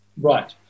Right